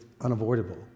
unavoidable